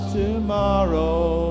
tomorrow